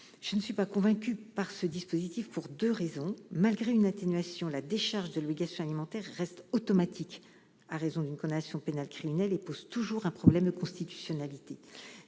je ne suis pas convaincue par votre dispositif, pour deux raisons. Malgré une atténuation, la décharge de l'obligation alimentaire reste automatique à raison d'une condamnation pénale criminelle et pose toujours un problème de constitutionnalité.